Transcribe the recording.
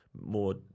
more